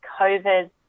COVID